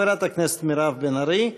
חברת הכנסת מירב בן ארי,